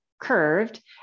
curved